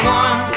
one